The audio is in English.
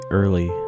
early